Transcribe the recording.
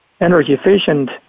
energy-efficient